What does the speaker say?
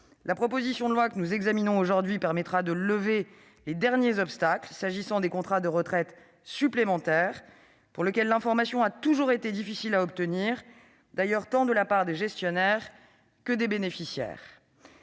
la proposition de loi que nous examinons aujourd'hui permettra de lever les derniers obstacles en matière de contrats d'épargne retraite supplémentaire, pour lesquels l'information a toujours été difficile à obtenir, de la part tant des gestionnaires que des bénéficiaires.